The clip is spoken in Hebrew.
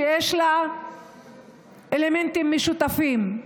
שיש לה אלמנטים משותפים.